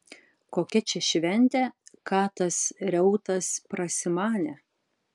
kokia čia šventė ką tas reutas prasimanė